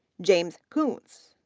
james kuntz,